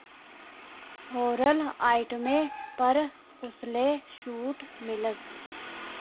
oral आइटमें पर कुसलै छूट मिलग